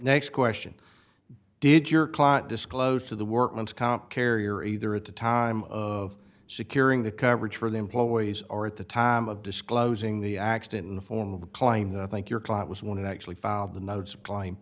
next question did your client disclose to the workman's comp carrier either at the time of securing the coverage for the employees or at the time of disclosing the accident in the form of a claim that i think your client was one who actually filed the notes applying